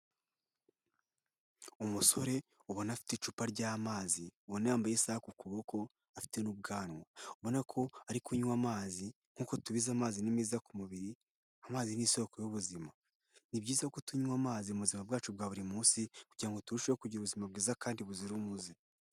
Umusore ubona afite icupa ry'amazi, ubona yambaye isaha ku kuboko, afite n'ubwanwa, ubona ko ari kunywa amazi nk'uko tubizi amazi ni meza ku mubiri, amazi ni isoko y'ubuzima. Ni byiza ko tunywa amazi mu buzima bwacu bwa buri munsi kugira ngo ngo turusheho kugira ubuzima bwiza kandi buzira umuze.